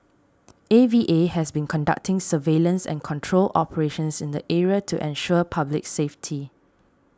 A V A has been conducting surveillance and control operations in the area to ensure public safety